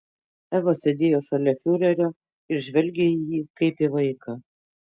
eva sėdėjo šalia fiurerio ir žvelgė į jį kaip į vaiką